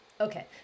Okay